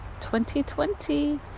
2020